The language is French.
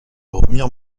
remire